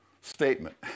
statement